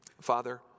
Father